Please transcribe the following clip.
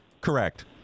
Correct